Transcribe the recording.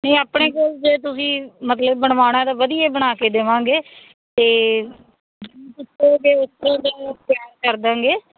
ਨਹੀਂ ਆਪਣੇ ਕੋਲ ਜੇ ਤੁਸੀਂ ਮਤਲਬ ਬਣਵਾਉਣਾ ਤਾਂ ਵਧੀਆ ਬਣਾ ਕੇ ਦੇਵਾਂਗੇ ਅਤੇ ਤਿਆਰ ਕਰ ਦਿਆਂਗੇ